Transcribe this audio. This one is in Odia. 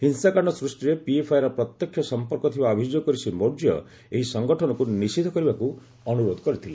ହିଂସାକାଣ୍ଡ ସୃଷ୍ଟିରେ ପିଏଫ୍ଆଇର ପ୍ରତ୍ୟକ୍ଷ ସମ୍ପର୍କ ଥିବା ଅଭିଯୋଗ କରି ଶ୍ରୀ ମୌର୍ଯ୍ୟ ଏହି ସଙ୍ଗଠନକୁ ନିଷିଦ୍ଧ କରିବାକୁ ଅନୁରୋଧ କରିଥିଲେ